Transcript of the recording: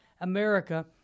America